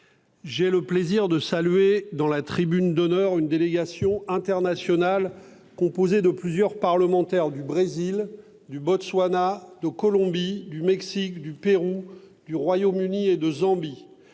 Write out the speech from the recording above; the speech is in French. j'ai le plaisir de saluer, dans la tribune d'honneur, une délégation internationale composée de plusieurs parlementaires du Brésil, du Botswana, de Colombie, du Mexique, du Pérou, du Royaume-Uni et de Zambie.